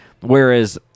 whereas